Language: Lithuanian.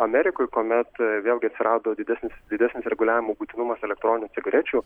amerikoj kuomet vėl gi atsirado didesnis didesnis reguliavimo būtinumas elektroninių cigarečių